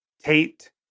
Tate